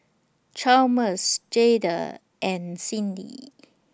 Chalmers Jayde and Cindy